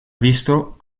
visto